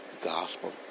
gospel